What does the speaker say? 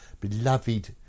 beloved